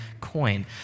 coin